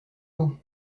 haut